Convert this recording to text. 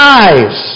eyes